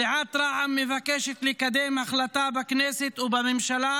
סיעת רע"מ מבקשת לקדם החלטה בכנסת ובממשלה